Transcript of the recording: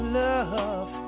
love